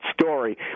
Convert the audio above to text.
story